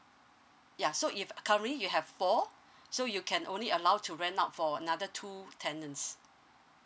ya so if currently you have four so you can only allowed to rent out for another two tenants